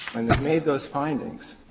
made those findings